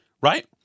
Right